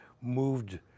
moved